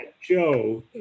joe